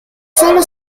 sólo